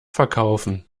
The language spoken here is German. verkaufen